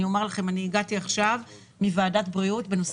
אני הגעתי עכשיו מוועדת בריאות בנושא